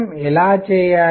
మనం ఎలా చేయాలి